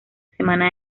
semana